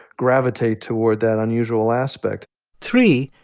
gravitate toward that unusual aspect three,